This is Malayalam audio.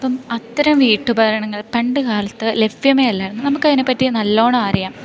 അപ്പം അത്തരം വീട്ടുപകരണങ്ങൾ പണ്ട്കാലത്ത് ലഭ്യമേ അല്ലായിരുന്നു നമുക്കതിനെപ്പറ്റി നല്ലോണം അറിയാം